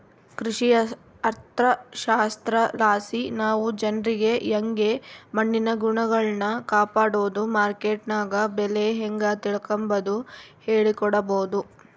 ಕೃಷಿ ಅರ್ಥಶಾಸ್ತ್ರಲಾಸಿ ನಾವು ಜನ್ರಿಗೆ ಯಂಗೆ ಮಣ್ಣಿನ ಗುಣಗಳ್ನ ಕಾಪಡೋದು, ಮಾರ್ಕೆಟ್ನಗ ಬೆಲೆ ಹೇಂಗ ತಿಳಿಕಂಬದು ಹೇಳಿಕೊಡಬೊದು